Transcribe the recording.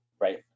Right